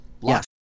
Yes